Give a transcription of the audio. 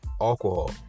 alcohol